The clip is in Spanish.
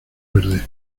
verde